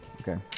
Okay